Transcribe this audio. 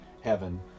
heaven